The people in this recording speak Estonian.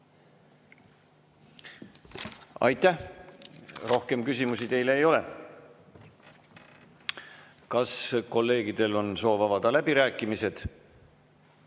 Aitäh! Rohkem küsimusi teile ei ole. Kas kolleegidel on soovi avada läbirääkimisi?